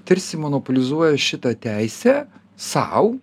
tarsi monopolizuoja šitą teisę sau